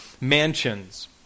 mansions